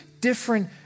different